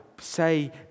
say